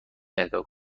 اهدا